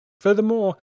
Furthermore